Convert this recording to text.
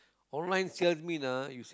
online sale mean ah